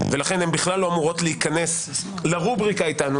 ולכן הן בכלל לא אמורות להיכנס לרובריקה איתנו